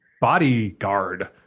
bodyguard